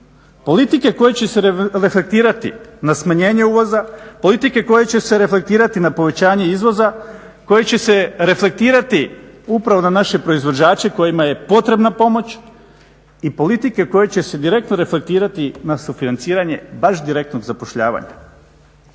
politike koja će se reflektirati na smanjenje uvoza, politike koja će se reflektirati na povećanje izvoza, koja će se reflektirati upravo na naše proizvođače kojima je potrebna pomoć i politike koje će se direktno reflektirati na sufinanciranje baš direktnog zapošljavanja.